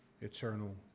eternal